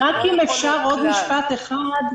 אם אפשר עוד משפט אחד.